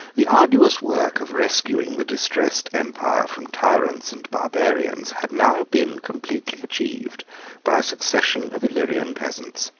the arduous work of rescuing the distressed empire from tyrants and barbarians had now been completely achieved by a succession of illyrian peasants.